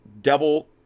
devil